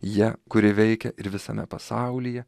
ja kuri veikia ir visame pasaulyje